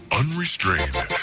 unrestrained